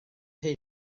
hyn